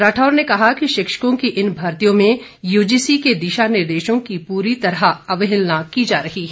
राठौर ने कहा कि शिक्षकों की इन भर्तीयों में यूजीसी के दिशा निर्देशों की पूरी तरह अवहेलना की जा रही है